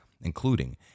including